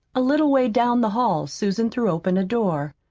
a little way down the hall susan threw open a door.